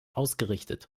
ausgerichtet